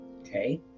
Okay